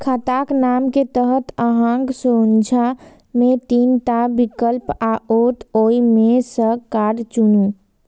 खाताक नाम के तहत अहांक सोझां मे तीन टा विकल्प आओत, ओइ मे सं कार्ड चुनू